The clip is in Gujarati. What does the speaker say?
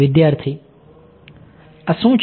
વિદ્યાર્થી આ શું છે